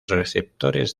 receptores